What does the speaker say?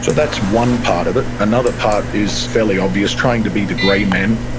so that's one part of it another part is fairly obvious, trying to be the gray man,